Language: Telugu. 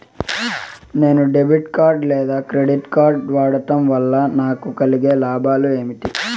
నేను డెబిట్ కార్డు లేదా క్రెడిట్ కార్డు వాడడం వల్ల నాకు కలిగే లాభాలు ఏమేమీ?